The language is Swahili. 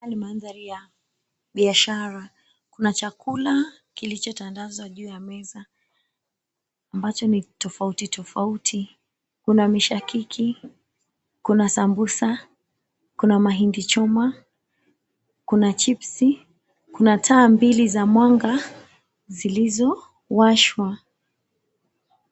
Haya ni mandhari ya biashara. Kuna chakula kilichotandazwa juu ya meza, ambacho ni tofauti tofauti. Kuna mishakiki, kuna sambusa, kuna mahindi choma, kuna chipsi,. Kuna taa mbili za mwanga zilizowashwa.